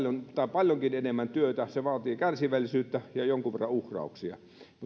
paljonkin enemmän työtä se vaatii kärsivällisyyttä ja jonkun verran uhrauksia mutta